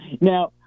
Now